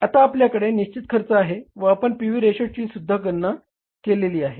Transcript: तर आता आपल्याकडे निश्चित खर्च आहे व आपण पी व्ही रेशोचीसुद्धा गणना केलेली आहे